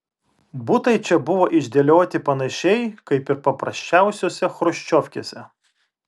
butai čia buvo išdėlioti panašiai kaip ir paprasčiausiose chruščiovkėse